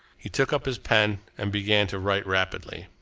he took up his pen and began to write rapidly.